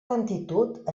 lentitud